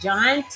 John